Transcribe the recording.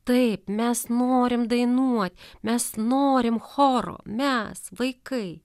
taip mes norim dainuot mes norim choro mes vaikai